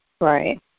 Right